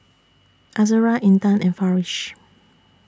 Azura Intan and Farish